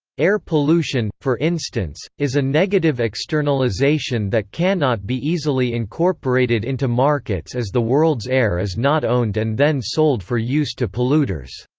air pollution, for instance, is a negative externalisation that cannot be easily incorporated into markets as the world's air is not owned and then sold for use to polluters.